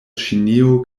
ĉinio